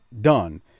done